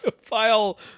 file